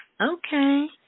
Okay